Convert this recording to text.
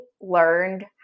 learned